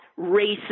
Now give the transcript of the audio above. racist